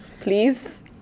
Please